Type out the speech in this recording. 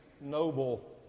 noble